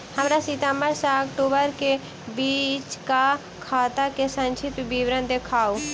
हमरा सितम्बर सँ अक्टूबर केँ बीचक खाता केँ संक्षिप्त विवरण देखाऊ?